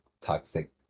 toxic